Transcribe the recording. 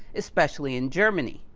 especially in germany.